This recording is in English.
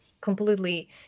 completely